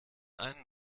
einen